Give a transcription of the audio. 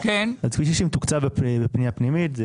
כביש 60 תוקצב בפנייה פנימית.